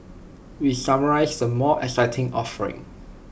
we summarise the more exciting offerings